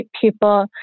people